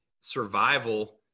survival